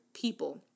people